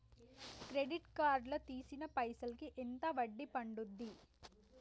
Credit card లా తీసిన పైసల్ కి ఎంత వడ్డీ పండుద్ధి?